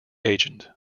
agent